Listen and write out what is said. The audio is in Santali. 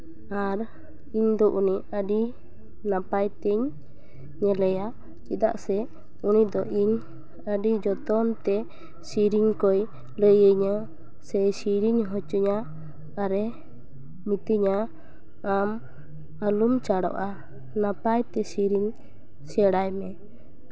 ᱟᱨ ᱤᱧᱫᱚ ᱩᱱᱤ ᱟᱹᱰᱤ ᱱᱟᱯᱟᱭ ᱛᱤᱧ ᱧᱮᱞᱮᱭᱟ ᱪᱮᱫᱟᱜ ᱥᱮ ᱩᱱᱤᱫᱚ ᱤᱧ ᱟᱹᱰᱤ ᱡᱚᱛᱚᱱ ᱛᱮ ᱥᱮᱨᱮᱧ ᱠᱚᱭ ᱞᱟᱹᱭ ᱤᱧᱟᱹ ᱥᱮᱭ ᱥᱮᱨᱮᱧ ᱦᱚᱪᱚᱧᱟ ᱟᱨᱮ ᱢᱤᱛᱟᱹᱧᱟ ᱟᱢ ᱟᱞᱚᱢ ᱪᱟᱲᱚᱜᱼᱟ ᱱᱟᱯᱟᱭ ᱛᱮ ᱥᱮᱨᱮᱧ ᱥᱮᱬᱟᱭ ᱢᱮ